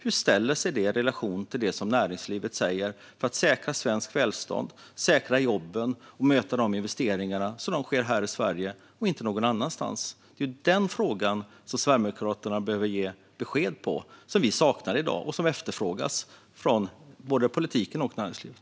Hur ställer sig det i relation till det som näringslivet säger för att säkra svenskt välstånd, jobben och att investeringar sker i Sverige och inte någon annanstans? Det är den frågan som Sverigedemokraterna behöver ge besked om. Vi saknar besked, och det efterfrågas av både politiken och näringslivet.